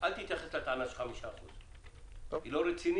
אל תתייחס לטענה של 5%. היא לא רצינית,